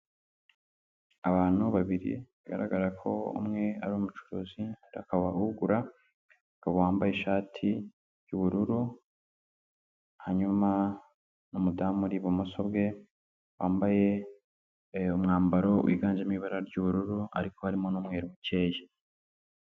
Abantu babiri bigaragara ko umwe ari umucuruzi undi akaba ugura, umugabo wambaye ishati y'ubururu, hanyuma n'umudamu uri ibumoso bwe, wambaye uyu mwambaro wiganjemo ibara ry'ubururu, ariko harimo n'umweru mukeye.